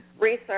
research